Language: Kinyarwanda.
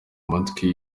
amatwi